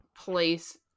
place